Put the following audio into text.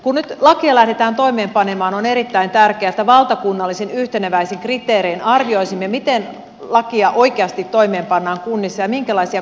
kun nyt lakia lähdetään toimeenpanemaan on erittäin tärkeää että valtakunnallisin yhteneväisin kriteerein arvioisimme miten lakia oikeasti toimeenpannaan kunnissa ja minkälaisia kustannusvaikutuksia on